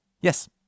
Yes